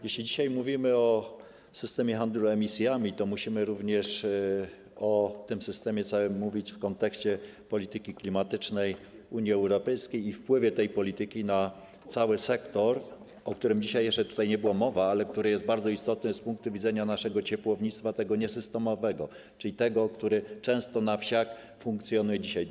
Jeśli dzisiaj mówimy o systemie handlu emisjami, to musimy również o tym całym systemie mówić w kontekście polityki klimatycznej Unii Europejskiej i wpływie tej polityki na cały sektor, o którym dzisiaj jeszcze tutaj nie było mowy, ale który jest bardzo istotny z punktu widzenia naszego ciepłownictwa, tego niesystemowego, czyli tego, który często dzisiaj funkcjonuje na wsiach.